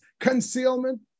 concealment